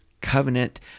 covenant